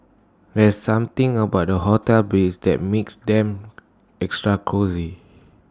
there's something about hotel beds that makes them extra cosy